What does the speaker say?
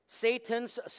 Satan's